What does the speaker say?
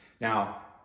Now